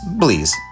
please